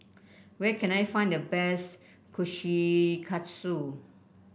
where can I find the best Kushikatsu